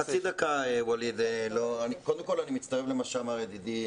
אני מצטרף למה שאמר ידידי,